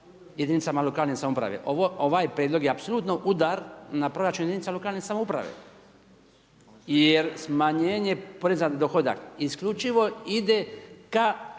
jedinicama lokalne samouprave? Ovaj Prijedlog je apsolutno udar na proračun jedinica lokalne samouprave jer smanjenje poreza na dohodak isključivo ide ka